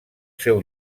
seu